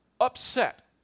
upset